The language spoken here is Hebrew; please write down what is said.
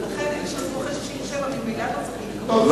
ואלה שהם אחרי 67 ממילא לא צריכים לקבל.